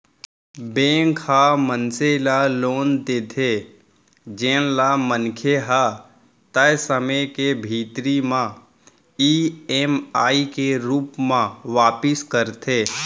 bank ह मनसे ल लोन देथे जेन ल मनखे ह तय समे के भीतरी म ईएमआई के रूप म वापिस करथे